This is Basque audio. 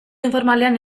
informalean